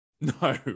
no